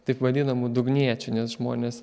taip vadinamų dugniečių nes žmonės